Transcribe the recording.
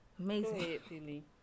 Amazing